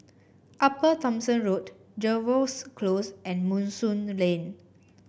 Upper Thomson Road Jervois Close and Moonstone Lane